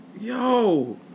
Yo